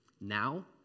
Now